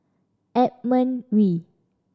Edmund Wee